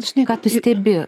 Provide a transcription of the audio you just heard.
žinai ką tu stebi